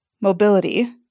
mobility